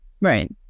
Right